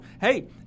Hey